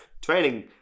training